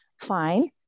fine